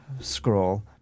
scroll